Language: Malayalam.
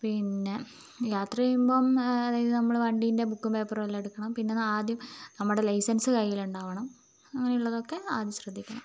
പിന്ന യാത്ര ചെയ്യുമ്പം അതായത് നമ്മൾ വണ്ടീൻ്റെ ബുക്കും പേപ്പറും എല്ലാം എടുക്കണം പിന്നെ ആദ്യം നമ്മുടെ ലൈസൻസ് കയ്യിൽ ഉണ്ടാവണം അങ്ങനെ ഉള്ളതൊക്കെ ആദ്യം ശ്രദ്ധിക്കണം